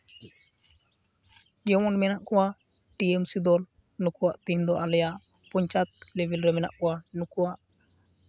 ᱡᱮᱢᱚᱱ ᱢᱮᱱᱟᱜ ᱠᱚᱣᱟ ᱴᱤᱭᱮᱢᱥᱤ ᱫᱚᱞ ᱱᱩᱠᱩᱣᱟᱜ ᱫᱤᱱ ᱫᱚ ᱟᱞᱮᱭᱟᱜ ᱯᱚᱧᱪᱟᱭᱮᱛ ᱞᱮᱵᱮᱞ ᱨᱮ ᱢᱮᱱᱟᱜ ᱠᱚᱣᱟ ᱱᱩᱠᱩᱣᱟᱜ